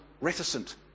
reticent